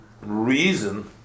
reason